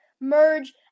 Merge